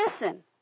Listen